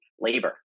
labor